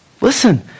Listen